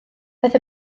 daeth